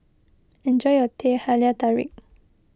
enjoy your Teh Halia Tarik